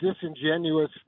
disingenuous